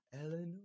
Eleanor